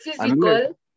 physical